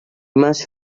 must